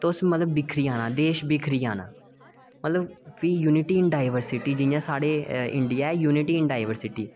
तुस मतलब बिखरी जाना देश बिखरी जाना मतलब फ्ही यूनिटी इन डाइवर्सिटी ते एह् इंडिया ऐ यूनिटी इन डाइवर्सिटी